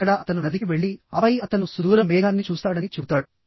అక్కడ అతను నదికి వెళ్లి ఆపై అతను సుదూర మేఘాన్ని చూస్తాడని చెబుతాడు